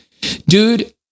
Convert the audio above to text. Dude